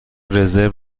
رزرو